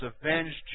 avenged